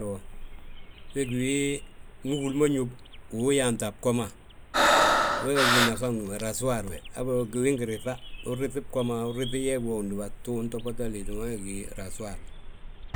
we gí ndi húl ma ñób uwu yaanta a bgo ma, wee gí nafan wi ma raasuwar, raasuwar we wiin giriŧa. Uuriŧi bgo ma, uriŧi yeegi wo undúba tu, untoboto liiti ma wee gí rasuwar.